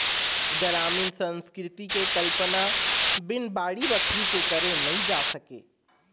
गरामीन संस्कृति के कल्पना बिन बाड़ी बखरी के करे नइ जा सके